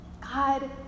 God